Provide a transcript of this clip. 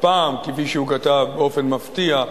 כפי שהוא כתב באופן מפתיע,